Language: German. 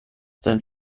sein